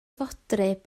fodryb